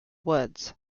woods